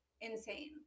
insane